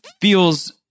feels